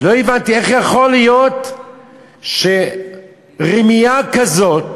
לא הבנתי איך יכול להיות שמביאים בלי בושה רמייה כזאת